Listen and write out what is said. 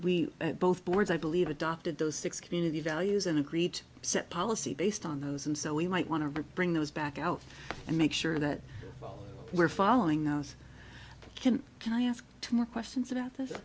we both boards i believe adopted those six community values and agreed to set policy based on those and so we might want to bring those back out and make sure that we're following those kim kye asked more questions about th